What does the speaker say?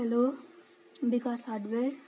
hello Bikas hardware